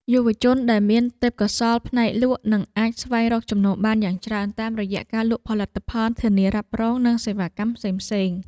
យុវជនដែលមានទេពកោសល្យផ្នែកលក់នឹងអាចស្វែងរកចំណូលបានយ៉ាងច្រើនតាមរយៈការលក់ផលិតផលធានារ៉ាប់រងនិងសេវាកម្មផ្សេងៗ។